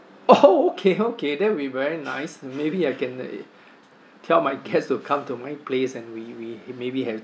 oh okay okay that'll be very nice maybe I can uh tell my guests to come to my place and we we maybe have